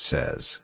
Says